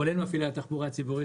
כולל מפעילי התחבורה הציבורית,